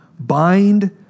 Bind